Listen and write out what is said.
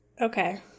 Okay